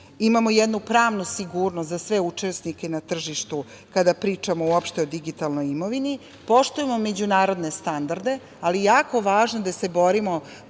imamo jednu pravu sigurnost za sve učesnike na tržištu kada pričamo uopšte o digitalnoj imovini, poštujemo međunarodne standarde, ali je jako važno da se borimo